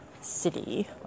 city